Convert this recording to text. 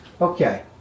Okay